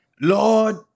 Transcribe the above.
Lord